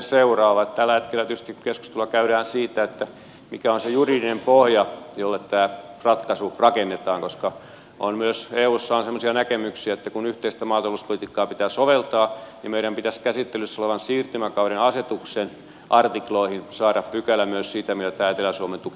tällä hetkellä tietysti keskustelua käydään siitä mikä on se juridinen pohja jolle tämä ratkaisu rakennetaan koska on myös eussa semmoisia näkemyksiä että kun yhteistä maatalouspolitiikkaa pitää soveltaa niin meidän pitäisi käsittelyssä olevan siirtymäkauden asetuksen artikloihin saada pykälä myös siitä miten tämä etelä suomen tuki hoidetaan